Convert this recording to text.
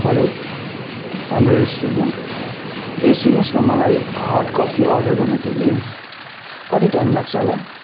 hello हाम्रो restaurant हो ए सुन्नु होस् न मलाई हट कफी अर्डर गर्न थियो कि कति टाइम लाग्छ होला